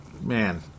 man